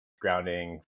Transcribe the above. grounding